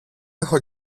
έχω